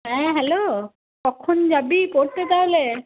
হ্যাঁ হ্যালো কখন যাবি পড়তে তাহলে